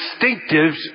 distinctives